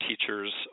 teachers